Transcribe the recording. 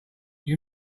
you